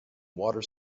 water